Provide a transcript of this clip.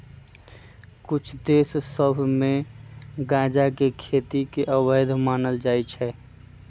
कुछ देश सभ में गजा के खेती के अवैध मानल जाइ छै